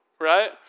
right